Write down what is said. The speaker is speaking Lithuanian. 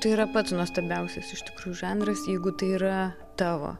tai yra pats nuostabiausias iš tikrųjų žanras jeigu tai yra tavo